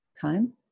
time